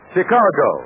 Chicago